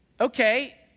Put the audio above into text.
okay